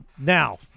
now